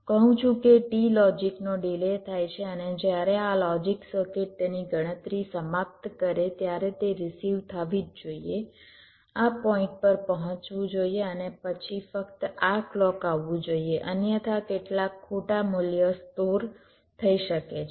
હું કહું છું કે t લોજિકનો ડિલે થાય છે અને જ્યારે આ લોજિક સર્કિટ તેની ગણતરી સમાપ્ત કરે છે ત્યારે તે રીસિવ થવી જ જોઇએ આ પોઇંટ પર પહોંચવું જોઈએ અને પછી ફક્ત આ ક્લૉક આવવું જોઈએ અન્યથા કેટલાક ખોટા મૂલ્ય સ્ટોર થઈ શકે છે